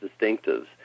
distinctives